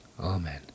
amen